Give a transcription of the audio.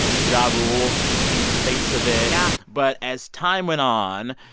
ja-rule became the face of it yeah but as time went on,